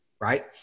Right